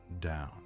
down